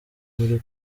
uri